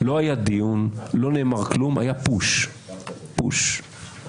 שלא שונים בכלום מאבותיהם הרוחניים אי שם בגרמניה של שנות